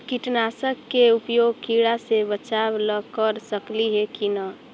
कीटनाशक के उपयोग किड़ा से बचाव ल कर सकली हे की न?